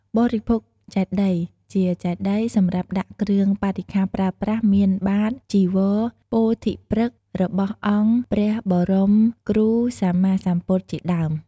បរិភោគចេតិយ ជាចេតិយសម្រាប់ដាក់គ្រឿងបរិក្ខាប្រើប្រាស់ មាន បាត្រ ចីវរ ពោធិព្រឹក្ស របស់អង្គព្រះបរមគ្រូសម្មាសម្ពុទ្ធជាដើម។